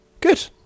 Good